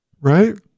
Right